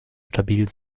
stabil